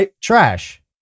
trash